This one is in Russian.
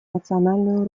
национальную